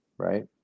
Right